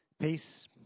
peace